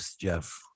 Jeff